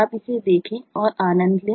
आप इसे देखें और आनंद लें